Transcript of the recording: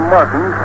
Martin